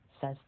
says